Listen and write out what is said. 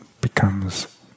becomes